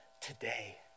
today